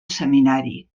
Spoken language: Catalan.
seminari